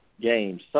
games